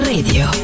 Radio